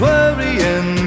Worrying